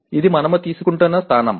ఇది మనము తీసుకుంటున్న స్థానం